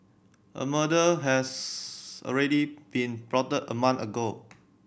a murder has already been plotted a month ago